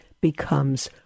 becomes